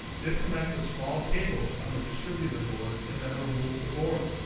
disconnect the small cable on the distributor board and then remove the board.